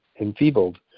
enfeebled